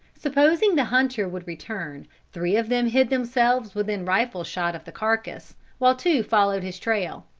supposing the hunter would return, three of them hid themselves within rifle shot of the carcass while two followed his trail.